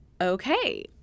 okay